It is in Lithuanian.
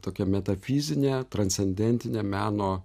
tokia metafizinė transcendentinė meno